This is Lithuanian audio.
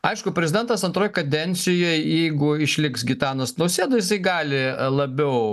aišku prezidentas antroj kadencijoj jeigu išliks gitanas nausėda jisai gali labiau